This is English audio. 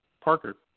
Parker